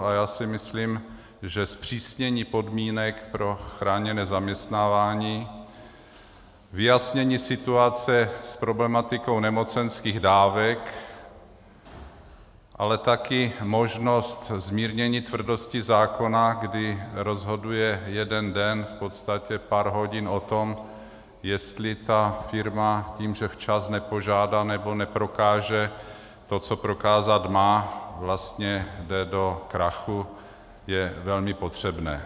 A já si myslím, že zpřísnění podmínek pro chráněné zaměstnávání, vyjasnění situace s problematikou nemocenských dávek, ale také možnost zmírnění tvrdosti zákona, kdy rozhoduje jeden den, v podstatě pár hodin o tom, jestli ta firma tím, že včas nepožádá nebo neprokáže to, co prokázat má, vlastně jde do krachu, je velmi potřebné.